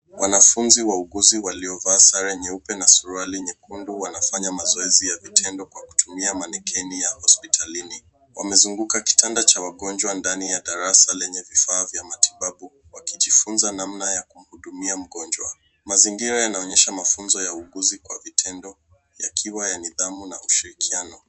Wanafunzi wauguzi waliovaa sare nyeupe na suruali nyekundu wanafanya mazoezi ya vitendo kwa kutumia manikeni ya hospitalini. Wamezunguka kitanda cha wagonjwa ndani ya darasa lenye vifaa vya matibabu, wakijifunza namna ya kumhudumia mgonjwa. Mazingira yanaonyesha mafunzo ya uuguzi kwa vitendo yakiwa ya nidhamu na ushirikiano.